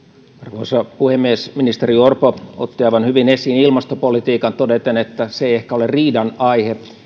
arvoisa puhemies ministeri orpo otti aivan hyvin esiin ilmastopolitiikan todeten että se ei ehkä ole riidan aihe ei se